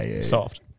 Soft